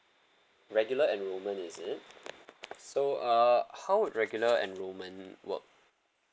regular enrollment is it so uh how would regular enrollment work